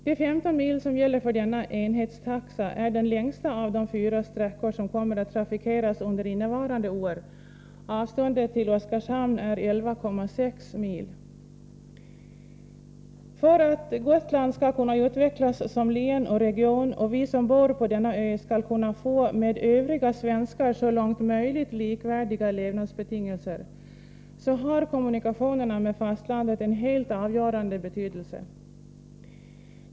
De 15 mil som denna enhetstaxa är beräknad på motsvarar den längsta av de fyra sträckor som kommer att trafikeras under innevarande år. Avståndet till Oskarshamn är 11,6 mil. För att Gotland skall kunna utvecklas som län och region och för att vi som bor på denna ö så långt möjligt skall kunna få levnadsbetingelser som är likvärdiga övriga svenskars har kommunikationerna med fastlandet en helt avgörande betydelse.